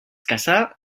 casà